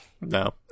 No